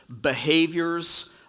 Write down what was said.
behaviors